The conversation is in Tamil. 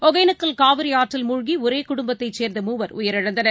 ஒகேனக்கல் காவிரிஆற்றில் மூழ்கி ஒரேகுடும்பத்தைச் சேர்ந்த மூவர் உயிரிழந்தனர்